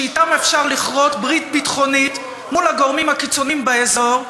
שאתן אפשר לכרות ברית ביטחונית מול הגורמים הקיצוניים באזור,